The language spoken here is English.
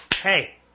hey